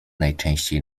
najczęściej